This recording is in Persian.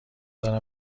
دارم